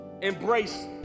Embrace